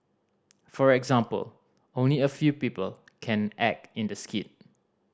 for example only a few people can act in the skit